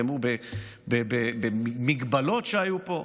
נלחמו בהגבלות שהיו פה,